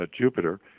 Jupiter